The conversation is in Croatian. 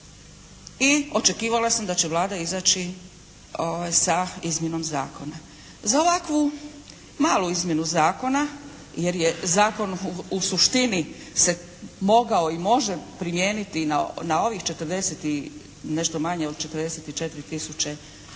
i očekivala sam da će Vlada izaći sa izmjenom zakona. Za ovakvu malu izmjenu zakona jer je zakon u suštini se mogao i može primijeniti i na ovih 40 i nešto manje od 44 tisuće